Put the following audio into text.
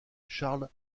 charles